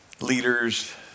leaders